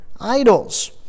idols